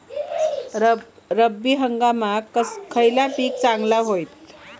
रब्बी हंगामाक खयला पीक चांगला होईत?